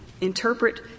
interpret